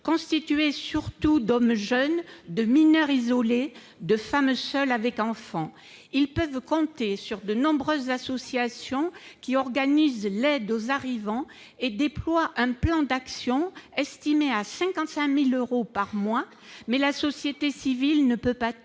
constituées surtout d'hommes jeunes, de mineurs isolés, de femmes seules avec enfants. Elles peuvent compter sur de nombreuses associations, qui organisent l'aide aux arrivants et déploient un plan d'actions estimé à 55 000 euros par mois, mais la société civile ne peut pas